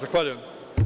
Zahvaljujem.